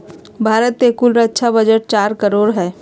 भारत के कुल रक्षा बजट चार लाख करोड़ हय